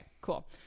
cool